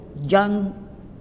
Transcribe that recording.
young